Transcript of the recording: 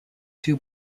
two